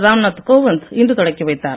ராம் நாத் கோவிந்த் இன்று தொடக்கிவைத்தார்